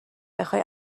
بخای